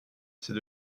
c’est